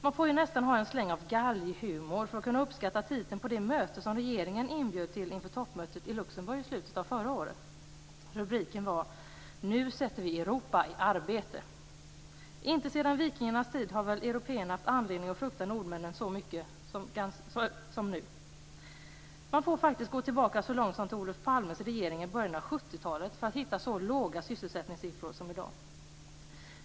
Man får ju nästan ha en släng av galghumor för att kunna uppskatta titeln på det möte som regeringen inbjöd till inför toppmötet i Luxemburg i slutet av förra året. Rubriken var: Nu sätter vi Europa i arbete! Inte sedan vikingarnas tid har väl europeerna haft anledning att frukta nordmännen så mycket som nu. Man får faktiskt gå tillbaka så långt som till Olof Palmes regering i början av 70-talet för att hitta så låga sysselsättningssiffror som i dag.